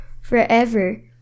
forever